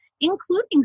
including